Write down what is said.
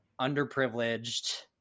underprivileged